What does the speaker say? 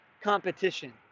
competition